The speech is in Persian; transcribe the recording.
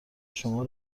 شما